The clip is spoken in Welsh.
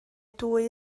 dwy